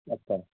اچھا